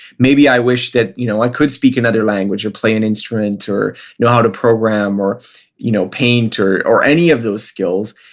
maybe i wish that you know i could speak another language or play an instrument or know how to program or you know paint or or any of those skills.